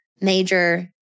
major